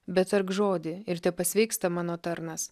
betark žodį ir tepasveiksta mano tarnas